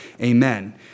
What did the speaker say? Amen